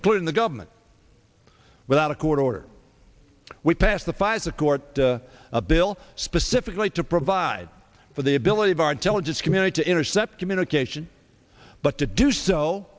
including the government without a court order we passed the files a court a bill specifically to provide for the ability of our intelligence community to intercept communication but to do so